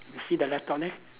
you see the laptop leh